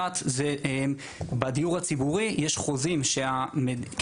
אחת היא בדיור הציבורי: יש חוזים שהמדינה